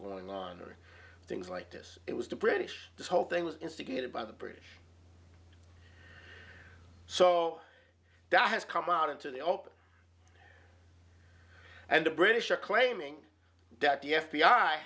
going on or things like this it was the british the whole thing was instigated by the british so that has come out into the open and the british are claiming that the f